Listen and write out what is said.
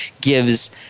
gives